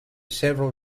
several